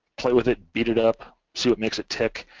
play with it, beat it up, see what makes it tick,